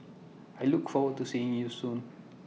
I look forward to seeing you soon